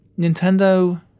Nintendo